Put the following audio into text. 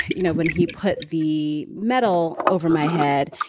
you know, when he put the medal over my head,